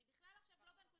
אני בכלל עכשיו לא בנקודה.